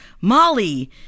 molly